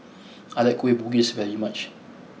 I like Kueh Bugis very much